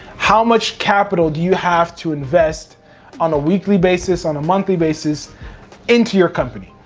how much capital do you have to invest on a weekly basis, on a monthly basis into your company?